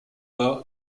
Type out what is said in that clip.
bas